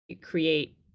create